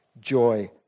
joy